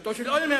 ממשלתו של אולמרט,